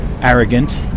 arrogant